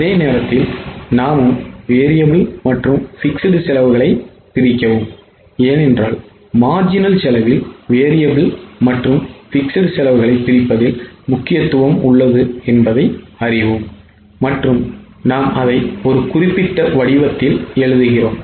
அதே நேரத்தில் நாமும் variable மற்றும் fixed செலவுகளை பிரிக்கவும் ஏனென்றால் marginal செலவில் variable மற்றும் fixed செலவுகளை பிரிப்பதில் முக்கியத்துவம் உள்ளது என்பதை அறிவோம் மற்றும் நாம் அதை ஒரு குறிப்பிட்ட வடிவத்தில் எழுதுகிறோம்